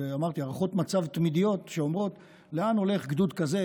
אלה הערכות מצב תמידיות שאומרות לאן הולך גדוד כזה,